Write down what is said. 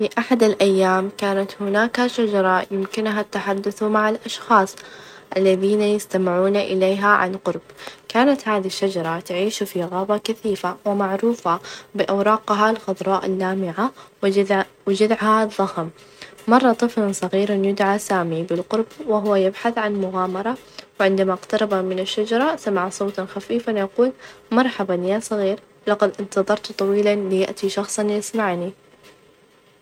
في أحد الأيام كانت هناك شجرة يمكنها التحدث مع الأشخاص الذين يستمعون إليها عن قرب، كانت هذه الشجرة تعيش في غابة كثيفة ومعروفة بأوراقها الخضراء اللامعة، -وجذع- وجذعها الظخم، مر طفل صغير يدعى سامي بالقرب وهو يبحث عن مغامرة وعندما اقترب من الشجرة سمع صوتًا خفيفًا يقول مرحبًا يا صغير، لقد إنتظرت طويلًا؛ ليأتي شخصًا يسمعني.